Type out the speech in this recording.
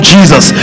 Jesus